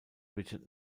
richard